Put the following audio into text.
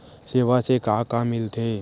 सेवा से का का मिलथे?